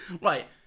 Right